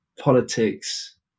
politics